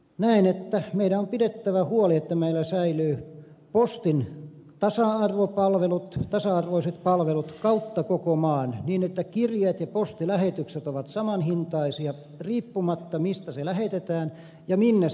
näen että meidän on pidettävä huoli että meillä säilyvät postin tasa arvoiset palvelut kautta koko maan niin että kirjeet ja postilähetykset ovat samanhintaisia riippumatta mistä ne lähetetään ja minne ne lähetetään